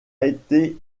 été